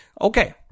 Okay